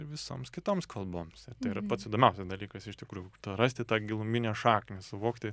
ir visoms kitoms kalboms tai yra pats įdomiausias dalykas iš tikrųjų rasti tą giluminę šaknį suvokti